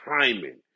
timing